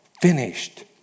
finished